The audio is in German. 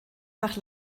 nach